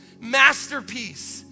Masterpiece